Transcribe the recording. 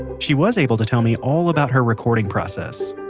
she was able to tell me all about her recording process.